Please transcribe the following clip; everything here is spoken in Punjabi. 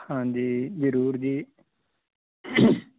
ਹਾਂਜੀ ਜ਼ਰੂਰ ਜੀ